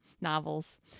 novels